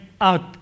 out